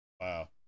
Wow